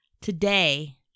today